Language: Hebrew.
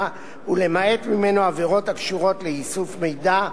ולמעט ממנו עבירות הקשורות לאיסוף מידע,